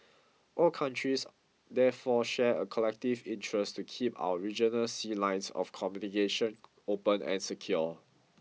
all countries therefore share a collective interest to keep our regional sea lines of communication open and secure